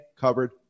covered